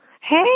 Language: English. Hey